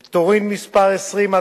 (פטורין) (מס' 20),